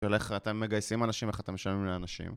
הולך ואתם מגייסים אנשים, איך אתה משלמים לאנשים?